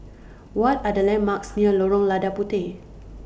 What Are The landmarks near Lorong Lada Puteh